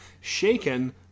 shaken